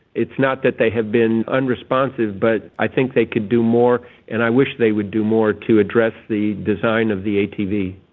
it's not that they have been unresponsive but i think they could do more and i wish they would do more to address the design of the atv.